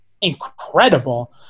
incredible